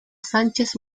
sánchez